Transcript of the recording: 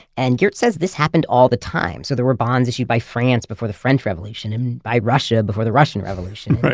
and geert says this happened all the time. so there were bonds issued by france before the french revolution and by russia before the russian revolution.